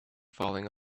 falling